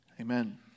Amen